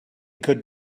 could